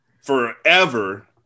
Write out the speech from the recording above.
forever